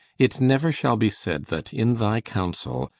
it never shall be said that, in thy council,